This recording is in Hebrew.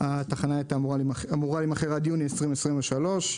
התחנה אמורה להימכר עד יוני 2023,